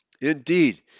Indeed